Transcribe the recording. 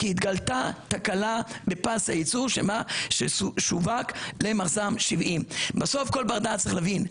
כי התגלתה תקלה בפס היצור ששווק למחז"מ 70. בסוף כל בר דעת מבין,